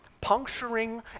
puncturing